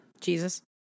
Jesus